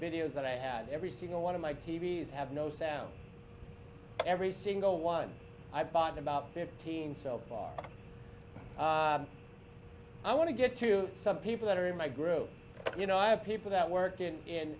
videos that i had every single one of my t v s have no sound every single one i bought about fifteen so far i want to get to some people that are in my group you know i have people that worked in